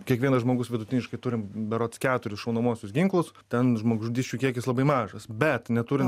kiekvienas žmogus vidutiniškai turi berods keturis šaunamuosius ginklus ten žmogžudysčių kiekis labai mažas bet neturime